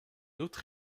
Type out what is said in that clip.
autre